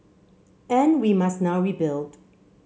and we must now rebuild